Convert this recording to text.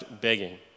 begging